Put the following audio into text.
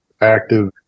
active